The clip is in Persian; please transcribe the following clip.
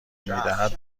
میدهد